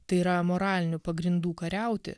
tai yra moralinių pagrindų kariauti